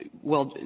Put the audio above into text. well,